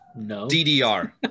DDR